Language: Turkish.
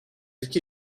iki